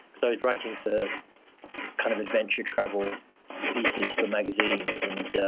so was writing for kind of adventure travel pieces for magazines. and